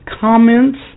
comments